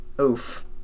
Oof